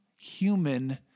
human